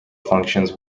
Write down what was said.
functions